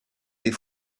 des